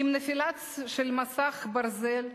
עם נפילתו של מסך הברזל,